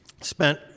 spent